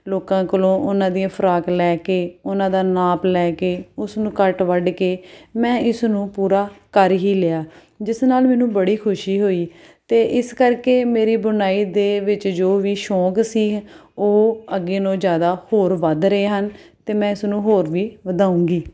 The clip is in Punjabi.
ਲੋਕਾਂ ਕੋਲੋਂ ਉਹਨਾਂ ਦੀਆਂ ਫਰਾਕ ਲੈ ਕੇ ਉਹਨਾਂ ਦਾ ਨਾਪ ਲੈ ਕੇ ਉਸ ਨੂੰ ਕੱਟ ਵੱਢ ਕੇ ਮੈਂ ਇਸ ਨੂੰ ਪੂਰਾ ਕਰ ਹੀ ਲਿਆ ਜਿਸ ਨਾਲ ਮੈਨੂੰ ਬੜੀ ਖੁਸ਼ੀ ਹੋਈ ਅਤੇ ਇਸ ਕਰਕੇ ਮੇਰੀ ਬੁਣਾਈ ਦੇ ਵਿੱਚ ਜੋ ਵੀ ਸ਼ੌਕ ਸੀ ਉਹ ਅੱਗੇ ਨਾਲੋਂ ਜ਼ਿਆਦਾ ਹੋਰ ਵੱਧ ਰਹੇ ਹਨ ਅਤੇ ਮੈਂ ਇਸਨੂੰ ਹੋਰ ਵੀ ਵਧਾਉਂਗੀ